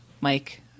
mike